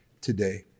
today